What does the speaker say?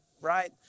right